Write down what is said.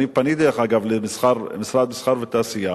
אני פניתי, דרך אגב, למשרד המסחר והתעשייה